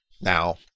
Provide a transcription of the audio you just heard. now